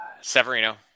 Severino